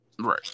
Right